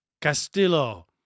Castillo